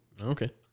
okay